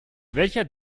welcher